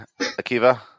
Akiva